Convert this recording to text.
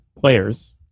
players